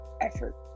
effort